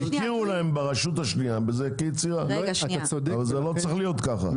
תכירו להם ברשות השנייה כיצירה אבל זה לא צריך להיות ככה.